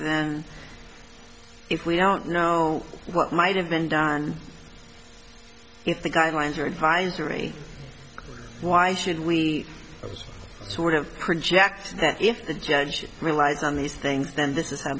than if we don't know what might have been done if the guidelines are advisory why should we sort of project that if the judge relies on these things then this is how